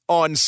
on